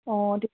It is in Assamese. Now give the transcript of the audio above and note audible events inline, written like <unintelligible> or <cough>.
অঁ <unintelligible>